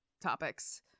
topics